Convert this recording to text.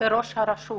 בראש הרשות